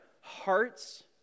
hearts